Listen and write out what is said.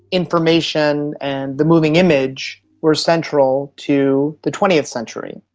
information and the moving image were central to the twentieth century.